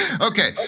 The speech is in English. Okay